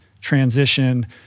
transition